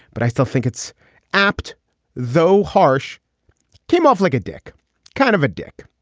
but i still think it's apt though harsh came off like a dick kind of a dick.